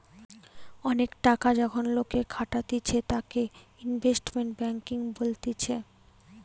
অনেক টাকা যখন লোকে খাটাতিছে তাকে ইনভেস্টমেন্ট ব্যাঙ্কিং বলতিছে